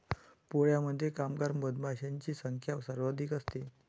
पोळ्यामध्ये कामगार मधमाशांची संख्या सर्वाधिक असते